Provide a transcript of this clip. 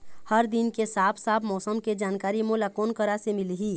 हर दिन के साफ साफ मौसम के जानकारी मोला कोन करा से मिलही?